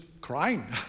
crying